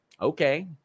Okay